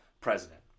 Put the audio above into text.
president